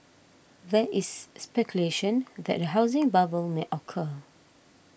there is speculation that a housing bubble may occur